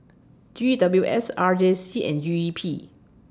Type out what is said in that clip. G W S R J C and G E P